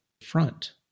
front